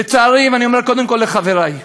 לצערי, ואני אומר קודם כול לחברי,